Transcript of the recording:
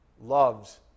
loves